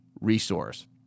resource